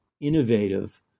innovative